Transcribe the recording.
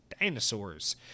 dinosaurs